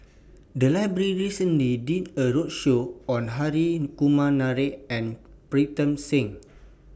The Library recently did A roadshow on Hri Kumar Nair and Pritam Singh